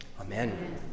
Amen